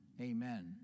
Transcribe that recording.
amen